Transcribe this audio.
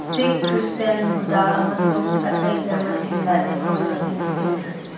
ꯁꯤꯛ Christian Buddh ꯑꯃꯁꯨꯡ ꯑꯇꯩ ꯙꯔꯃꯁꯤꯡꯅ ꯂꯦꯝꯍꯧꯔꯤꯕꯁꯤꯡ ꯁꯦꯝꯃꯤ